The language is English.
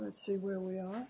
let's see where we are